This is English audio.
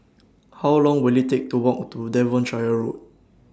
How Long Will IT Take to Walk to Devonshire Road